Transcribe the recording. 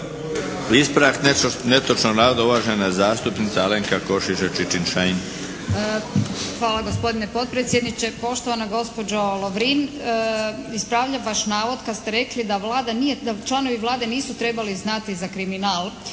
Ispravljam vaš navod kad ste rekli da članovi Vlade nisu trebali znati za kriminal